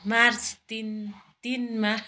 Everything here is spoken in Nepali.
मार्च तिन तिन मार्च